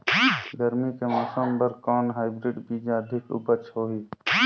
गरमी के मौसम बर कौन हाईब्रिड बीजा अधिक उपज होही?